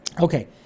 Okay